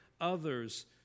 others